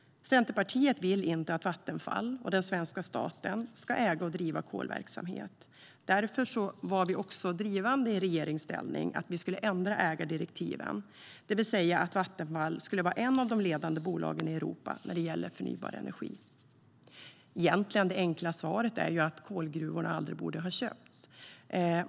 Centerpartiet vill inte att Vattenfall och svenska staten ska äga och driva kolverksamhet. Därför var vi i regeringsställning drivande i att ändra ägardirektiven så att Vattenfall skulle vara ett av de ledande bolagen i Europa när det gäller förnybar energi. Det enkla svaret är att kolgruvorna aldrig borde ha köpts.